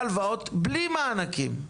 הלוואות ומענקים.